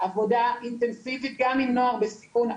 עבודה אינטנסיבית גם עם נוער בסיכון.